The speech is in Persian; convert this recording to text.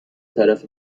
طرف